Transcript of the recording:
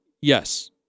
Yes